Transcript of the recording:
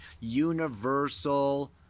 universal